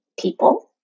people